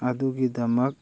ꯑꯗꯨꯒꯤꯗꯃꯛ